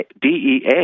DEA